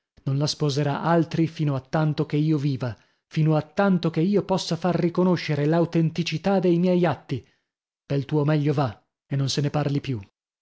non la sposerà altri fino a tanto che io viva fino a tanto che io possa far riconoscere l'autenticità de miei atti pel tuo meglio va e non se ne parli più